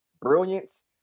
brilliance